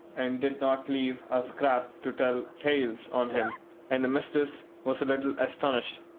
and did not leave a scrap to tell tales on him and the mistress was a little astonished.